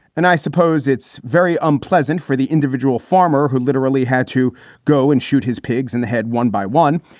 and i suppose it's very unpleasant for the individual farmer who literally had to go and shoot his pigs in the head one by one.